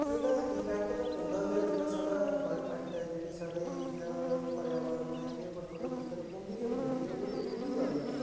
एह्दा इमपेक्ट ते पौंदा गै ऐ साढ़ी इनबारेनमेंट है जेह्ड़ी साढ़े इत्थै पर्यावरण ऐ ओह्दे उप्पर पौंदी गै पौंदी ऐ